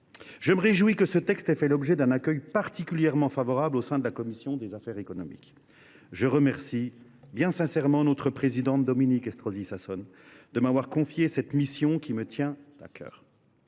Je me réjouis que ce texte ait reçu un accueil particulièrement favorable au sein de la commission des affaires économiques. Je remercie notre présidente, Dominique Estrosi Sassone, de m’avoir confié cette mission, qui me tient à cœur.